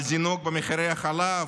לזינוק במחירי החלב,